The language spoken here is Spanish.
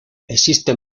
existen